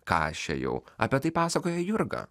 ką aš čia jau apie tai pasakoja jurga